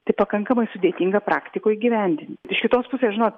tai pakankamai sudėtinga praktikoj įgyvendint iš kitos pusės žinot